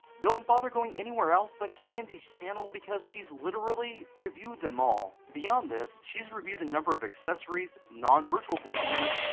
don't bother going anywhere else but candi's channel because she's literally reviewed them all. beyond this, she's reviewed a number of accessories, non virtual boy games,